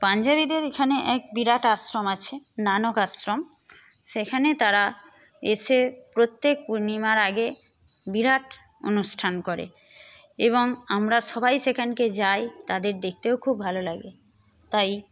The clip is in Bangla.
পাঞ্জাবীদের এখানে এক বিরাট আশ্রম আছে নানক আশ্রম সেখানে তারা এসে প্রত্যেক পূর্ণিমার আগে বিরাট অনুষ্ঠান করে এবং আমরা সবাই সেখানকে যাই তাদের দেখতেও খুব ভালো লাগে তাই